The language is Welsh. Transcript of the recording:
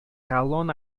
galon